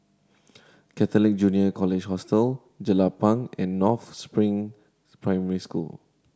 Catholic Junior College Hostel Jelapang and North Spring Primary School